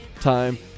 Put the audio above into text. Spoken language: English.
time